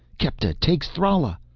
kepta takes thrala!